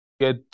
get